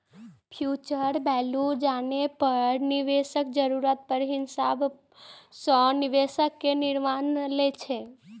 future value जानै पर निवेशक जरूरत के हिसाब सं निवेश के निर्णय लै छै